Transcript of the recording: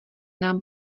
nám